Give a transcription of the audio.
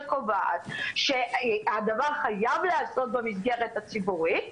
שקובעת שהדבר חייב להיעשות במסגרת הציבורית,